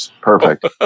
Perfect